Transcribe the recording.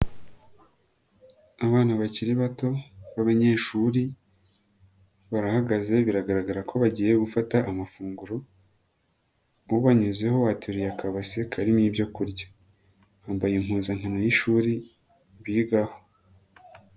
Abana bakiri bato b'abanyeshuri, barahagaze biragaragara ko bagiye gufata amafunguro, ubanyuzeho ateruye akabase karimo ibyo kurya, bambaye impuzankino y'ishuri, bigaho.